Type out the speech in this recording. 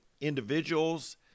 individuals